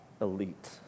elite